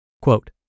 Quote